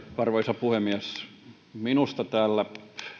arvoisa puhemies minusta täällä